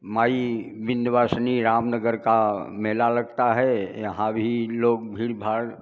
माई विंदयावासिनी रामनगर का मेला लगता है यहाँ भी लोग भीड़ भाड़